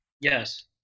Yes